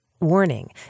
Warning